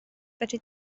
fedri